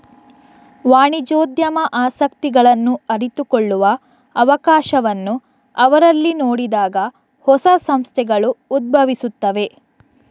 ವಾಣಿಜ್ಯೋದ್ಯಮ ಆಸಕ್ತಿಗಳನ್ನು ಅರಿತುಕೊಳ್ಳುವ ಅವಕಾಶವನ್ನು ಅವರಲ್ಲಿ ನೋಡಿದಾಗ ಹೊಸ ಸಂಸ್ಥೆಗಳು ಉದ್ಭವಿಸುತ್ತವೆ